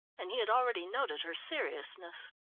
and he had already noted her seriousness.